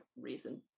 reason